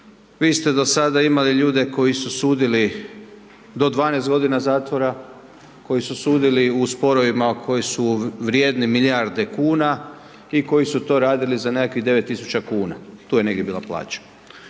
Vi ste do sada imali ljude koji su sudili do 12 godina zatvora, koji su sudili u sporovima koji su vrijedni milijarde kuna i koji su to radili za nekakvih 9.000,00 kn, tu je negdje bila plaća.